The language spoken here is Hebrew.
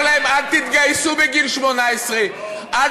זה אומר להם: אל תתגייסו בגיל 18, לא.